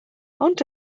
ond